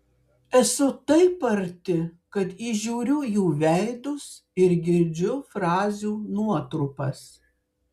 esu taip arti kad įžiūriu jų veidus ir girdžiu frazių nuotrupas